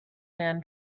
man